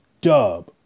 dub